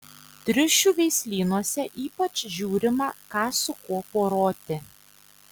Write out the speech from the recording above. triušių veislynuose ypač žiūrima ką su kuo poruoti